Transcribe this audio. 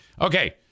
okay